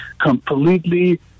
completely